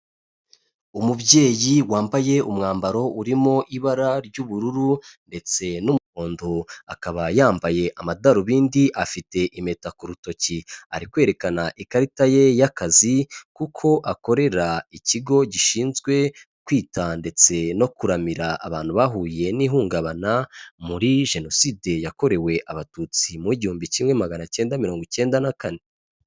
Umubyeyi wambaye umwambaro urimo ibara ry'ubururu ndetse n'umuhondo, akaba yambaye amadarubindi, afite impeta ku rutoki ari kwerekana ikarita ye y'akazi kuko akorera ikigo gishinzwe kwita ndetse no kuramira abantu bahuye n'ihungabana, muri Jenoside yakorewe Abatutsi, mu w'igihumbi kimwe magana cyenda mirongo icyenda na kane.